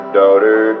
daughter